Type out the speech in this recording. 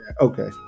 okay